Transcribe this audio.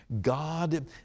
God